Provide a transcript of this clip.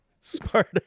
Smart